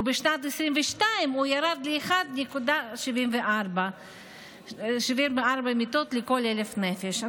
ובשנת 2022 הוא ירד ל-1.74 מיטות לכל 1,000 נפש.